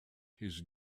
his